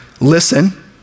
listen